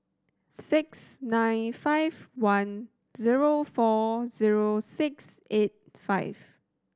six nine five one zero four zero six eight five